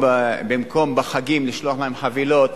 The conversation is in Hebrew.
בחגים לשלוח להם חבילות